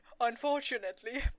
unfortunately